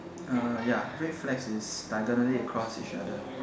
uh ya red flags is diagonally across each other